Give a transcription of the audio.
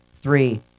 three